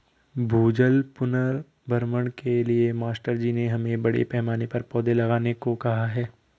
भूजल पुनर्भरण के लिए मास्टर जी ने हमें बड़े पैमाने पर पौधे लगाने को कहा है